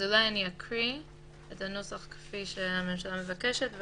אני אקרא את הנוסח כפי שהממשלה מבקשת,